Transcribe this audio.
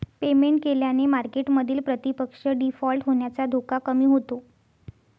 payment केल्याने मार्केटमधील प्रतिपक्ष डिफॉल्ट होण्याचा धोका कमी होतो